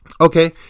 Okay